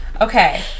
Okay